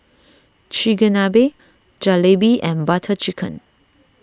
Chigenabe Jalebi and Butter Chicken